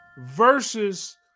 Versus